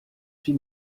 fit